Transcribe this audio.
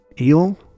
eel